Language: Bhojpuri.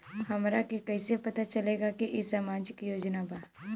हमरा के कइसे पता चलेगा की इ सामाजिक योजना बा?